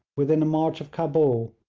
within a march of cabul,